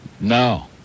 No